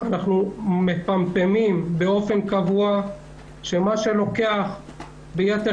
אנחנו מפמפמים באופן קבוע שמה שלוקח ביתר